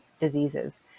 diseases